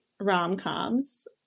rom-coms